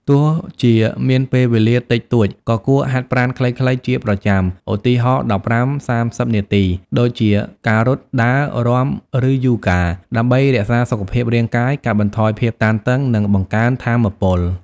ទោះជាមានពេលវេលាតិចតួច ក៏គួរហាត់ប្រាណខ្លីៗជាប្រចាំ ឧទាហរណ៍ ១៥-៣០ នាទី ដូចជា ការរត់ ដើរ រាំ ឬយូហ្គា ដើម្បីរក្សាសុខភាពរាងកាយ កាត់បន្ថយភាពតានតឹង និងបង្កើនថាមពល។